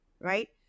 right